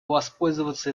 воспользоваться